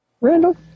Randall